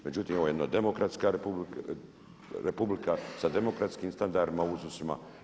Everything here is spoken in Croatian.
Međutim, ovo je jedna demokratska republika sa demokratskim standardima, uzusima.